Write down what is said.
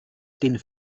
den